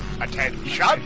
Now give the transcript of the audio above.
Attention